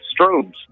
strobes